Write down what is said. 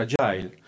fragile